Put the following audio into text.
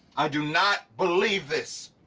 i do not believe this!